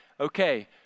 okay